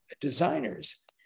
designers